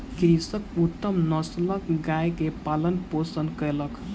कृषक उत्तम नस्लक गाय के पालन पोषण कयलक